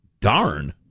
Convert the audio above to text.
darn